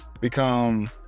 become